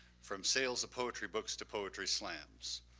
from sales of poetry books to poetry slams,